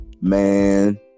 Man